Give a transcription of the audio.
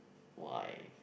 why